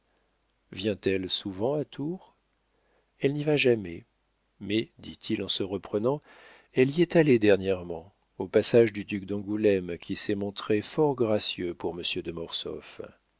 vient-elle souvent à tours elle n'y va jamais mais dit-il en se reprenant elle y est allée dernièrement au passage du duc d'angoulême qui s'est montré fort gracieux pour monsieur de